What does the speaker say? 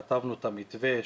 כתבנו את המתווה,